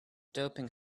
doping